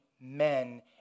men